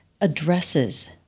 addresses